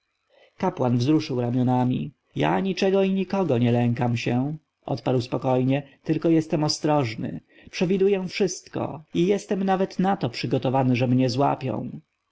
kapłan wzruszył ramionami ja niczego i nikogo nie lękam się odparł spokojnie tylko jestem ostrożny przewiduję wszystko i jestem nawet na to przygotowany że mnie złapią